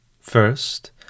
First